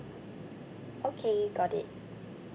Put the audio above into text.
okay got it